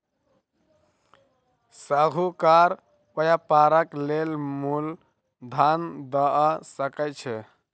साहूकार व्यापारक लेल मूल धन दअ सकै छै